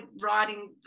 writing